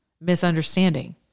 misunderstanding